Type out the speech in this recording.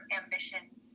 ambitions